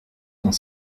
dans